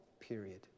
Period